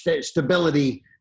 stability